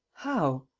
how?